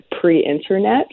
pre-internet